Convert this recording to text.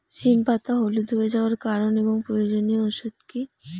সিম পাতা হলুদ হয়ে যাওয়ার কারণ এবং প্রয়োজনীয় ওষুধ কি?